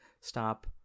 stop